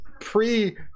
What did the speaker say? Pre